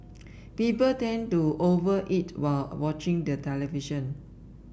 people tend to over eat while watching the television